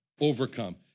overcome